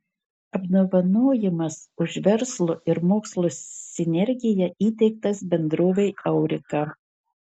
apdovanojimas už verslo ir mokslo sinergiją įteiktas bendrovei aurika